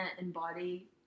embody